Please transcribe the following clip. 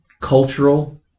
cultural